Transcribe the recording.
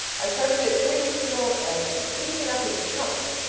i started it three weeks ago and am eating it up in chunks.